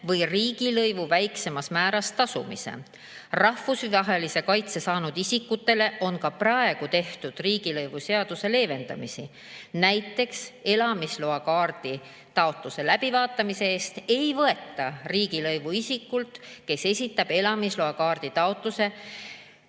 või riigilõivu väiksemas määras tasumise. Rahvusvahelise kaitse saanud isikutele on ka praegu tehtud riigilõivuseaduses leevendusi. Näiteks elamisloakaardi taotluse läbivaatamise eest ei võeta riigilõivu isikult, kes esitab elamisloakaardi taotluse